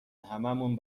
هممون